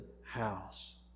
house